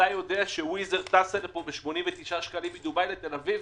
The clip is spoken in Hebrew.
אתה יודע שוויז אייר טסה לפה ב-89 שקלים מדובאי לתל אביב?